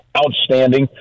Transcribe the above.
outstanding